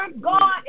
God